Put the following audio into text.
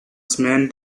semaine